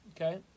Okay